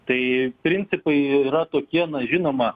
tai principai yra tokie na žinoma